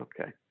Okay